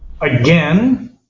again